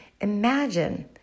imagine